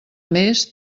més